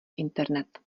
internet